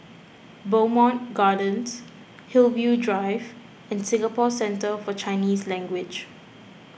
Bowmont Gardens Hillview Drive and Singapore Centre for Chinese Language